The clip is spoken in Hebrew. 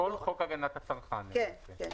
כל חוק הגנת הצרכן --- כן.